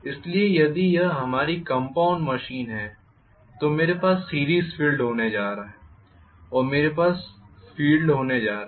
इसलिए यदि यह हमारी कंपाउंड मशीन है तो मेरे पास सीरीस फ़ील्ड होने जा रहा है और मेरे पास फ़ील्ड होने जा रहा है